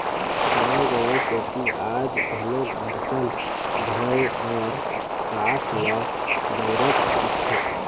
गाँव गंवई कोती आज घलोक बरतन धोए बर राख ल बउरत दिखथे